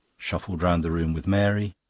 shuffled round the room with mary.